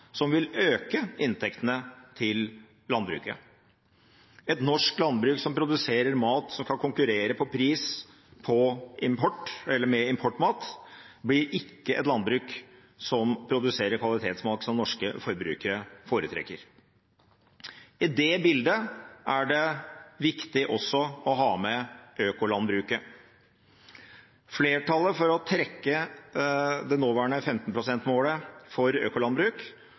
som vil øke inntektene til landbruket. Et norsk landbruk som produserer mat som kan konkurrere på pris med importmat, blir ikke et landbruk som produserer kvalitetsmat som norske forbrukere foretrekker. I det bildet er det viktig også å ha med økolandbruket. Flertallet for å trekke det nåværende 15 pst.-målet for økolandbruk